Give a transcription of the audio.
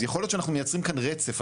אז יכול להיות שאנחנו מייצרים כאן רצף.